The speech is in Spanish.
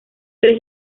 tres